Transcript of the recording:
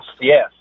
yes